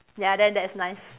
ya then that's nice